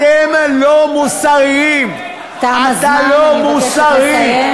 אתם לא מוסריים, אתה לא מוסרי.